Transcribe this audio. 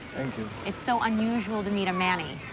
and you. it's so unusual to meet a manny.